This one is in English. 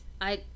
I-